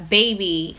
baby